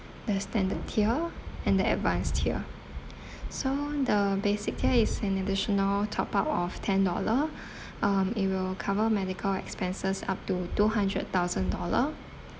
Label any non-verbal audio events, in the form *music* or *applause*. the standard tier and the advanced tier *breath* so the basic tier is an additional top up of ten dollar *breath* um it will cover medical expenses up to two hundred thousand dollar